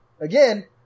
again